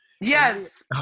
Yes